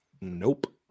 nope